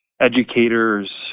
educators